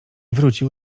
wrócił